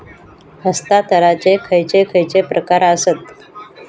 हस्तांतराचे खयचे खयचे प्रकार आसत?